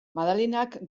madalenak